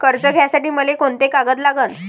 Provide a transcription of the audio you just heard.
कर्ज घ्यासाठी मले कोंते कागद लागन?